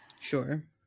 Sure